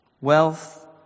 wealth